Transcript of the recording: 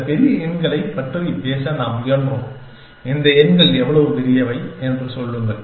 இந்த பெரிய எண்களைப் பற்றி பேச நாம் முயன்றோம் இந்த எண்கள் எவ்வளவு பெரியவை என்று சொல்லுங்கள்